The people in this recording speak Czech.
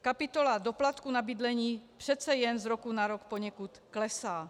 Kapitola doplatku na bydlení přece jen z roku na rok poněkud klesá.